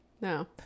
No